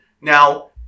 Now